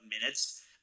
minutes